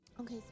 Okay